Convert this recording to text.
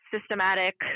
systematic